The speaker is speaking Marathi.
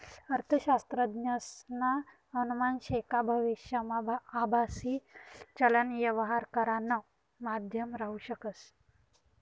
अर्थशास्त्रज्ञसना अनुमान शे का भविष्यमा आभासी चलन यवहार करानं माध्यम राहू शकस